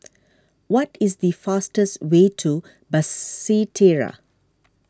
what is the fastest way to Basseterre